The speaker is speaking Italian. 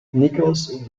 nichols